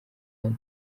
hano